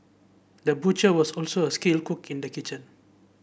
the butcher was also a skilled cook in the kitchen